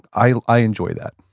i i enjoy that.